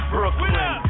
Brooklyn